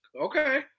Okay